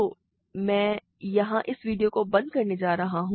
तो मैं यहां इस वीडियो को बंद करने जा रहा हूं